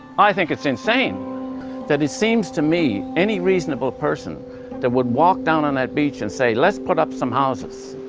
i think it's insane that it seems to me any reasonable person that would walk down on that beach and say let's put up some houses